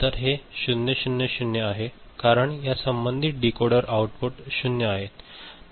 तर हे 0 0 0 आहे कारण या संबंधित डीकोडर आउटपुट 0 आहेत